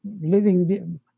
living